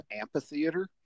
amphitheater